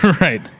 Right